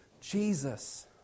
Jesus